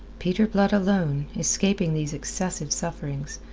peter blood alone, escaping these excessive sufferings,